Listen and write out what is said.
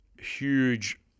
huge